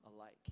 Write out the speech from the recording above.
alike